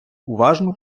уважно